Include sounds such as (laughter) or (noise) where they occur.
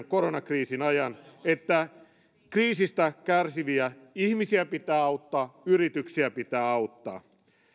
(unintelligible) koronakriisin ajan että kriisistä kärsiviä ihmisiä pitää auttaa yrityksiä pitää auttaa